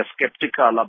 skeptical